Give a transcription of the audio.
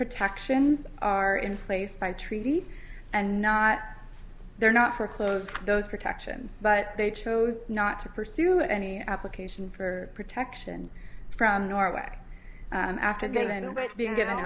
protections are in place by treaty and not they're not for close those protections but they chose not to pursue any application for protection from norway after given